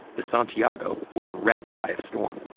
the santiago was wrecked by a storm.